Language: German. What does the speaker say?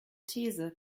these